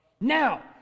Now